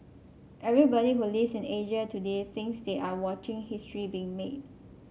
everybody who lives in Asia today thinks they are watching history being made